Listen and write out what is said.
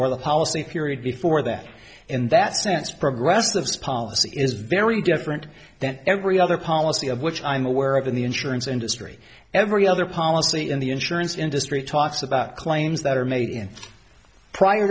or the policy period before that in that sense progressive policy is very different than every other policy of which i'm aware of in the insurance industry every other policy in the insurance industry talks about claims that are made in prior